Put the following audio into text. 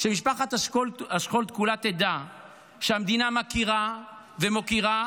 שמשפחת השכול כולה תדע שהמדינה מכירה ומוקירה